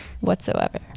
whatsoever